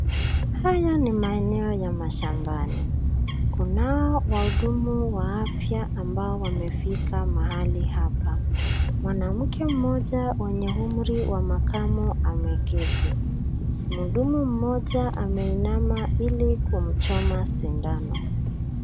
Haya ni maeneo ya mashambani. Kunao wahudumu wa afya ambao wamefika mahali hapa. Mwanamke mmoja mwenye umri wa makamo ameketi, mhudumu mmoja ameinama ili kumchoma sindano.